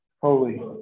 Holy